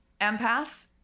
Empaths